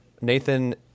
Nathan